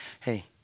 Hey